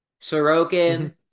Sorokin